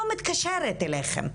אני לא מתקשרת אליכם בכלל.